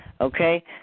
okay